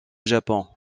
japon